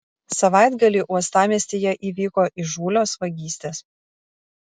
savaitgalį uostamiestyje įvyko įžūlios vagystės